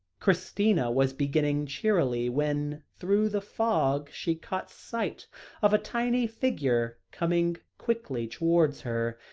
christina was beginning cheerily, when, through the fog, she caught sight of a tiny figure coming quickly towards her,